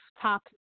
top